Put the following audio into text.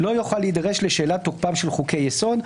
לא יוכל להידרש לשאלת תוקפם של חוקי יסוד.